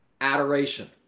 Adoration